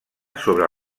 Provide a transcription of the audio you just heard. sobre